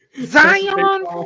Zion